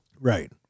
Right